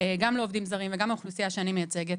גם לעובדים זרים וגם האוכלוסייה שאני מייצגת,